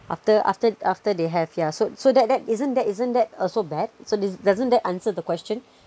after after after they have yeah so so that that isn't that isn't that also bad so doesn't that answer the question